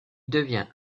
devient